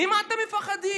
ממה אתם מפחדים?